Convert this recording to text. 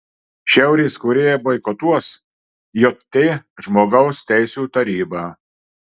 šiaurės korėja boikotuos jt žmogaus teisių tarybą